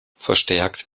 verstärkt